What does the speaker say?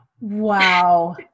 Wow